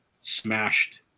smashed